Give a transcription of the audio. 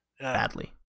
badly